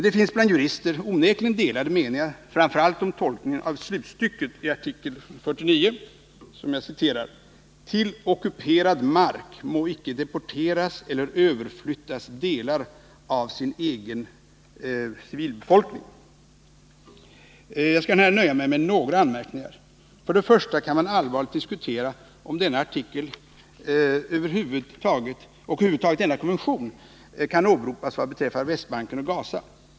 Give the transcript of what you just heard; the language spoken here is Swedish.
Det finns bland jurister onekligen delade meningar framför allt om tolkningen av slutstycket i artikel 49: Till ockuperad mark må icke deporteras eller överflyttas delar av den egna civilbefolkningen. Jag skall här nöja mig med några anmärkningar. Först och främst kan man allvarligt diskutera om denna artikel och över huvud taget denna konvention kan åberopas vad beträffar Västbanken och Gaza.